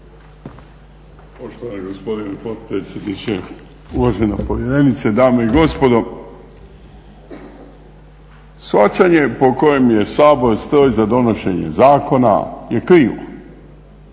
Poštovani gospodine potpredsjedniče, uvažena povjerenice, dame i gospodo shvaćanje po kojem je Sabor stroj za donošenje zakona je krivo.